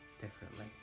differently